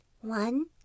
One